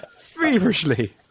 Feverishly